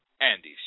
Andy